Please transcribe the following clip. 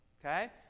Okay